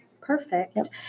Perfect